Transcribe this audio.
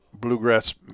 bluegrass